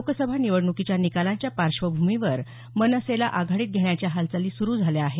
लोकसभा निवडणुकीच्या निकालांच्या पार्श्वभूमीवर मनसेला आघाडीत घेण्याच्या हालचाली सुरू झाल्या आहेत